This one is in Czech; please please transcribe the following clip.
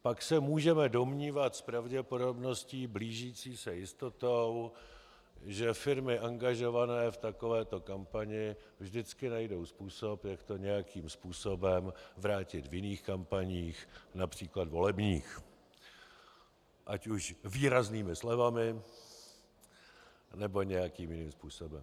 Pak se můžeme domnívat s pravděpodobností blížící se jistotě, že firmy angažované v takovéto kampani vždycky najdou způsob, jak to nějakým způsobem vrátit v jiných kampaních, například volebních, ať už výraznými slevami, nebo nějakým jiným způsobem.